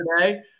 today